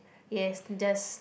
yes just